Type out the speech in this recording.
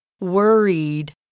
Worried